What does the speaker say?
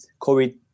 covid